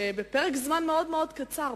שבפרק זמן מאוד-מאוד קצר,